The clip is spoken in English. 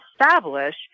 establish